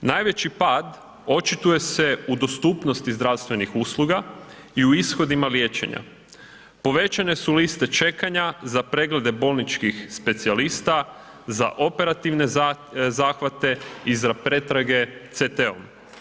Najveći pad očituje se u dostupnosti zdravstvenih usluga i u ishodima liječenja, povećane su liste čekanja za preglede bolničkih specijalista, za operativne zahvate i za pretrage CT-om.